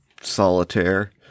solitaire